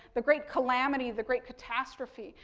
the great calamity, the great catastrophe.